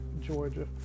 Georgia